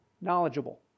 knowledgeable